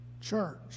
church